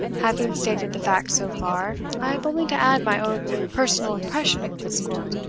having stated the facts so far, i have only to add my own personal impression of miss gwilt.